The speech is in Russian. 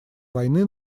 войны